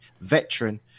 veteran